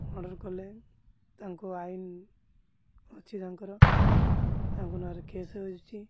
murder କଲେ ତାଙ୍କୁ ଆଇନ ଅଛି ତାଙ୍କର ତାଙ୍କ ନାଁରେ କେସ୍ ହେଇଛି